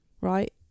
right